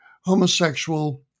homosexual